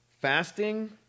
Fasting